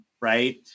right